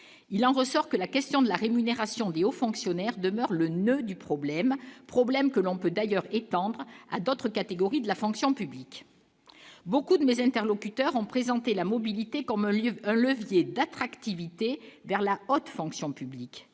il en ressort que la question de la rémunération du haut fonctionnaire, demeure le noeud du problème, problème que l'on peut d'ailleurs étendre à d'autres catégories de la fonction publique, beaucoup de mes interlocuteurs ont présenté la mobilité comme un lieu, un levier d'attractivité vers la haute fonction publique,